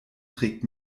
trägt